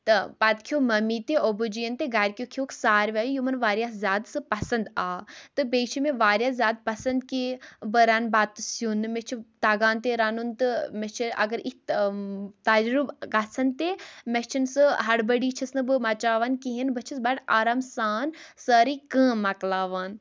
تہٕ پَتہٕ کھٮ۪و ممی تہٕ ابوٗ جی یَن تہِ گرِکٮ۪و کھٮ۪وکھ سارِوٕے یِمَن واریاہ زیادٕ سُہ پَسنٛد آو تہٕ بیٚیہِ چھِ مےٚ واریاہ زیادٕ پَسنٛد کہِ بہٕ رَنہٕ بَتہٕ سیُن مےٚ چھُ تَگان تہِ رَنُن تہٕ مےٚ چھِ اَگر یِتھۍ تجرُب گژھان تہِ مےٚ چھِنہٕ سُہ ہڈبٔڈی چھَس نہٕ بہٕ مَچاوان کِہیٖنٛۍ بہٕ چھَس بَڈٕ آرام سان سٲرٕے کٲم مۄکلاوان